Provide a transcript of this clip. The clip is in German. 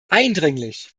eindringlich